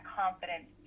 confidence